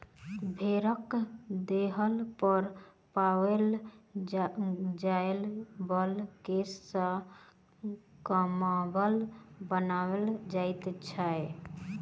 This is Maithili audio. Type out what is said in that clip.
भेंड़क देह पर पाओल जाय बला केश सॅ कम्बल बनाओल जाइत छै